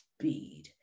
speed